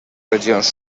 regions